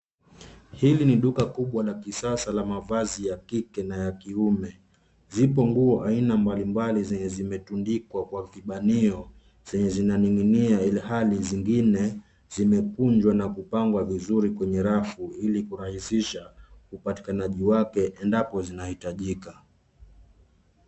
Hili ni duka kubwa la kisasa la mavazi ya kike na ya kiume. Zipo nguo aina mbali mbali zenye zimetundikwa kwa vibanio zenye zinaninginia ilhali zingine zimekunjwa na kupangwa vizuri kwenye rafu ili kurahisisha upatikanaji wake endapo zitahitajika.